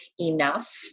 enough